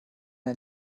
ein